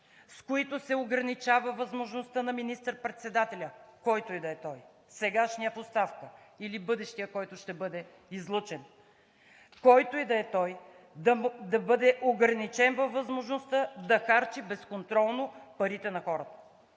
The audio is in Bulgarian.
с които се ограничава възможността на министър-председателя, който и да е той – сегашният в оставка или бъдещият, който ще бъде излъчен – който и да е той, да бъде ограничен във възможността да харчи безконтролно парите на хората.